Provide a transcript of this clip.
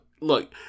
look